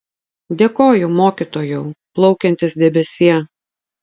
dėkoju mokytojau plaukiantis debesie